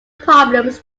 problems